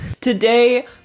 Today